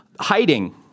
Hiding